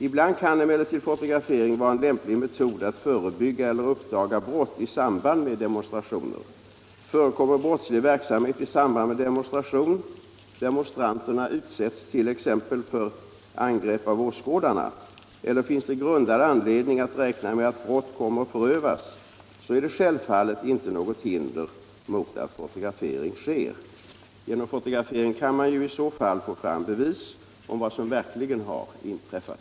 Ibland kan emellertid fotografering vara en lämplig metod att förebygga eller uppdaga brott i samband med demonstrationer. Förekommer brottslig verksamhet i samband med demonstration —- demonstranterna utsätts t.ex. för angrepp av åskådarna — eller det finns grundad anledning att räkna med att brott kommer att förövas finns självfallet inte något hinder mot att fotografering sker. Genom fotografering kan man i så fall få fram bevis om vad som verkligen inträffat.